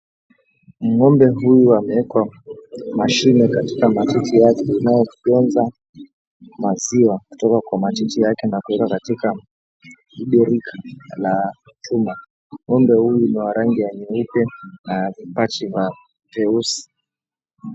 Ng'ombe huyu ameekwa mashine katika matiti yake inayofyonza maziwa kutoka kwa matiti yake na kuwekwa katika kiberiki la chuma. Ng'ombe huyu ni wa rangi nyeupe na pachi la nyeusi.